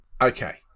Okay